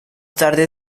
tarde